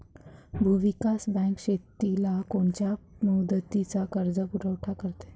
भूविकास बँक शेतीला कोनच्या मुदतीचा कर्जपुरवठा करते?